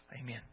Amen